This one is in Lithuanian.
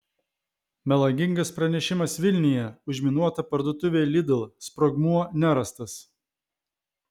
melagingas pranešimas vilniuje užminuota parduotuvė lidl sprogmuo nerastas